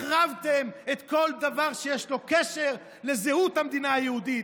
החרבתם כל דבר שיש לו קשר לזהות המדינה היהודית.